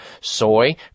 soy